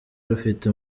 rufite